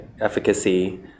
efficacy